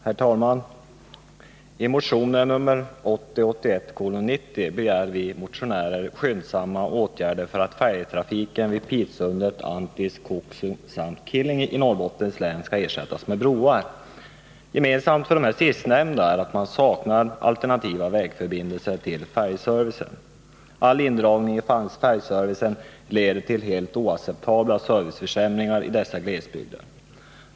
Herr talman! I motionen 1980/81:90 begär vi motionärer skyndsamma åtgärder för att färjetrafiken vid Pitsundet, Anttis, Kuoksu samt Killingi i Norrbottens län ersätts med broar. Gemensamt för de sistnämnda är att man saknar alternativa vägförbindelser till färjeservicen. All indragning i färjeservicen leder till helt oacceptabla serviceförsämringar i dessa glesbygder.